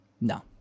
No